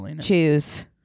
choose